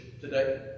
today